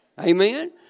amen